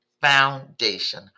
foundation